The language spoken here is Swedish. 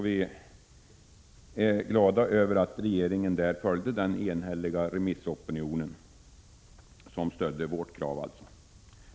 Vi är glada över att regeringen där följt den enhälliga remissopinionen, som alltså stödde vårt krav.